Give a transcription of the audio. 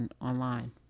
online